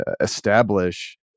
establish